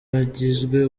wagizwe